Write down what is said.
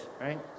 right